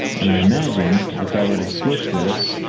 and i imagine if i were to switch this,